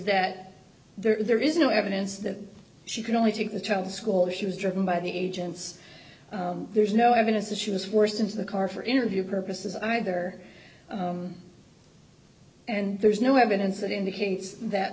that there is no evidence that she could only take the child to school that she was driven by the agents there's no evidence that she was forced into the car for interview purposes either and there's no evidence that indicates that